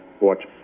watch